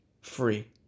free